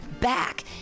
back